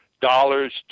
dollars